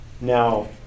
Now